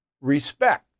Respect